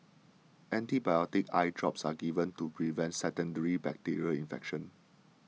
antibiotic eye drops are given to prevent secondary bacterial infection